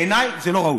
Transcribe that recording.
בעיניי זה לא ראוי.